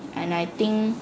and I think